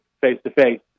face-to-face